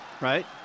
right